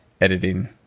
editing